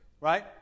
right